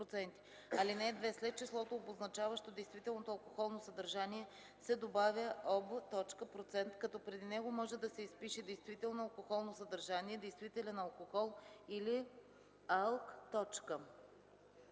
(2) След числото, обозначаващо действителното алкохолно съдържание, се добавя „об. %”, като преди него може да се изпише „действително алкохолно съдържание“, „действителен алкохол“ или „алк.“.